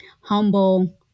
humble